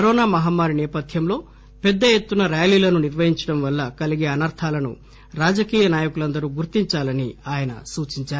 corona మహమ్మారి నేపథ్యంలో పెద్ద ఎత్తున ర్యాలీలను నిర్వహించడం వల్ల కలిగే అనర్దాలను రాజకీయ నాయకులందరు గుర్తించాలని ఆయన సూచించారు